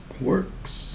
Works